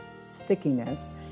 stickiness